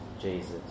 Jesus